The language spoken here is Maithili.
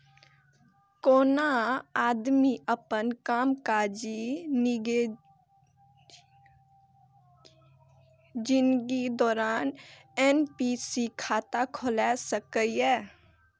कोनो आदमी अपन कामकाजी जिनगीक दौरान एन.पी.एस खाता खोला सकैए